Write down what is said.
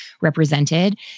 represented